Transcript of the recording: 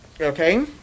Okay